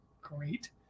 great